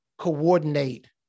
coordinate